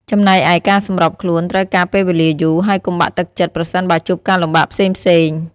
ចំណែកឯ ការសម្របខ្លួនត្រូវការពេលវេលាយូរ ហើយកុំបាក់ទឹកចិត្តប្រសិនបើជួបការលំបាកផ្សេងៗ។